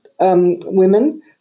women